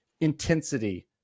intensity